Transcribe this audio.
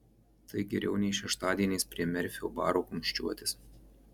tai geriau nei šeštadieniais prie merfio baro kumščiuotis